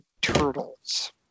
Turtles